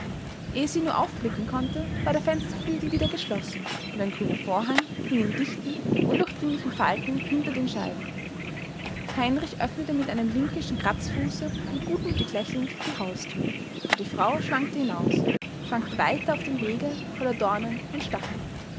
ehe sie nur aufblicken konnte war der fensterflügel wieder geschlossen und ein grüner vorhang hing in dichten undurchdringlichen falten hinter den scheiben heinrich öffnete mit einem linkischen kratzfuße und gutmütig lächelnd die hausthür und die frau schwankte hinaus schwankte weiter auf dem wege voller dornen und stacheln